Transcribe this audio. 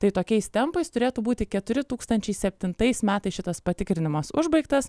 tai tokiais tempais turėtų būti keturi tūkstančiai septintais metais šitas patikrinimas užbaigtas